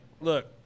Look